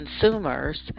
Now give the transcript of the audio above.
consumers